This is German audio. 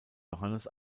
johannes